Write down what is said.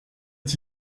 est